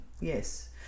Yes